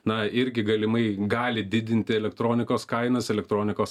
na irgi galimai gali didinti elektronikos kainas elektronikos